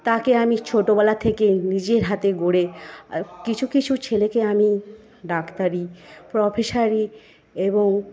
তাকে আমি ছোটবেলা থেকেই নিজের হাতে গড়ে কিছু কিছু ছেলেকে আমি ডাক্তারি প্রফেসারি এবং